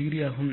06 ° ஆகும்